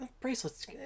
bracelets